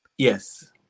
Yes